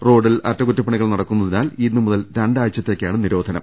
റോഡിൽ അറ്റകുറ്റപണികൾ നട ക്കുന്നതിനാൽ ഇന്നു മുതൽ രണ്ടാഴ്ച്ചത്തേക്കാണ് നിരോധനം